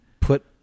put